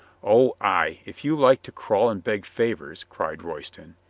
oh, ay, if you like to crawl and beg favors, cried royston.